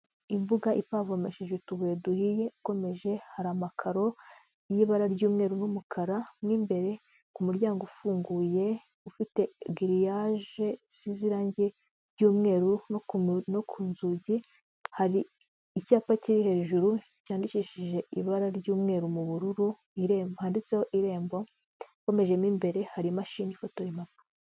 Imbuga ipavomeshe utubuye duhiye, ukomeje hari amakaro y'ibara ry'umweru n'umukara, mo imbere ku muryango ufunguye ufite giriyage z'isize iranje ry'umweru no ku nzugi, hari icyapa kiri hejuru cyandikishije ibara ry'umweru mu bururu handitseho irembo, ukomeje mo imbere hari imashini ifotora impapuro.